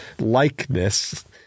likeness